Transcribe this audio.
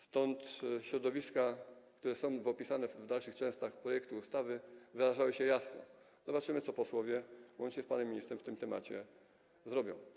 Stąd środowiska, które są opisane w dalszych częściach projektu ustawy, wyrażały się jasno: zobaczymy, co posłowie, łącznie z panem ministrem, w tym temacie zrobią.